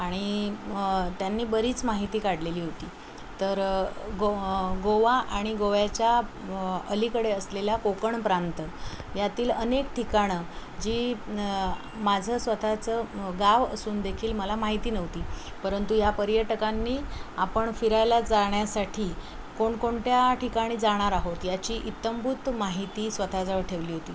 आणि त्यांनी बरीच माहिती काढलेली होती तर गो गोवा आणि गोव्याच्या अलीकडे असलेल्या कोकण प्रांत यातील अनेक ठिकाणं जी माझं स्वतःचं गाव असून देेखील मला माहिती नव्हती परंतु या पर्यटकांनी आपण फिरायला जाण्यासाठी कोणकोणत्या ठिकाणी जाणार आहोत याची इतंभूत माहिती स्वतःजवळ ठेवली होती